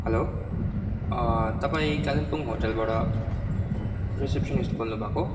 hello तपाईँ कालिम्पोङ होटेलबाट receptionist बोल्नु भएको